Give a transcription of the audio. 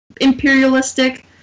imperialistic